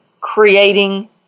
creating